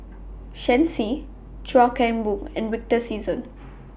Shen Xi Chuan Keng Boon and Victor Sassoon